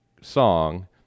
song